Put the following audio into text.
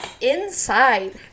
Inside